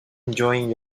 enjoying